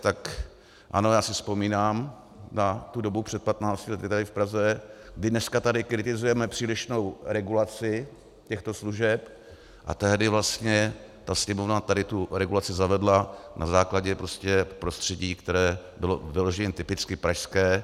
Tak ano, já si vzpomínám na tu dobu před 15 lety tady v Praze, kdy dneska kritizujeme přílišnou regulaci těchto služeb, tehdy vlastně Sněmovna tady tu regulaci zavedla na základě prostředí, které bylo vyloženě typicky pražské.